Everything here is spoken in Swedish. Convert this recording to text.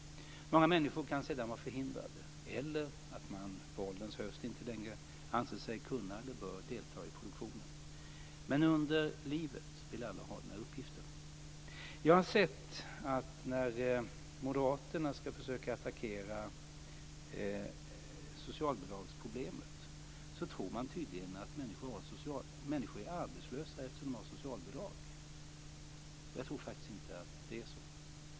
Många människor kan sedan vara förhindrade. Eller också kan man på ålderns höst anse att man inte längre kan eller bör delta i produktionen. Men under livet vill alla ha den här uppgiften. Jag har sett att när Moderaterna ska försöka attackera socialbidragsproblemet tror man tydligen att människor är arbetslösa eftersom de har socialbidrag. Jag tror faktiskt inte att det är så.